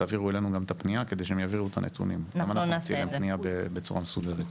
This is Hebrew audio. ותעבירו אלינו את הפנייה כדי שאנחנו נקבל את הנתונים בצורה מסודרת.